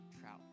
trout